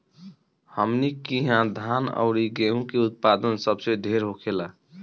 हमनी किहा धान अउरी गेंहू के उत्पदान सबसे ढेर होखेला